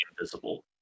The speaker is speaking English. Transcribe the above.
invisible